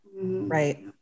right